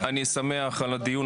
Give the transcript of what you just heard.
בני ברק,